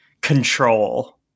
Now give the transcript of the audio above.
control